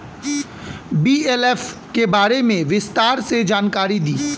BLF के बारे में विस्तार से जानकारी दी?